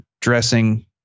dressing